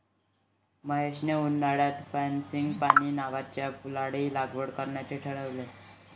महेशने उन्हाळ्यात फ्रँगीपानी नावाच्या फुलाची लागवड करण्याचे ठरवले